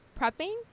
Prepping